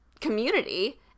community